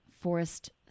forest